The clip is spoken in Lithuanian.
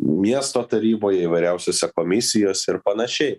miesto taryboj įvairiausiose komisijose ir panašiai